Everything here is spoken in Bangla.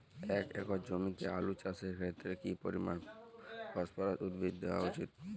এক একর জমিতে আলু চাষের ক্ষেত্রে কি পরিমাণ ফসফরাস উদ্ভিদ দেওয়া উচিৎ?